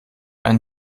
einen